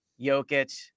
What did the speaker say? Jokic